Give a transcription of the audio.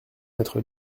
maître